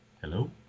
Hello